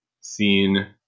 seen